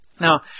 Now